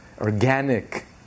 Organic